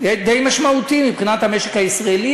די משמעותי מבחינת המשק הישראלי.